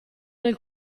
nel